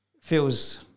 feels